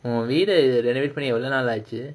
delete பண்ணி எவ்ளோ நாளாச்சு:panni evlo naalaachu